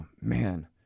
Man